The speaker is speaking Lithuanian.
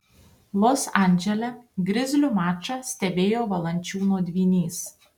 los andžele grizlių mačą stebėjo valančiūno dvynys